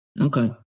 Okay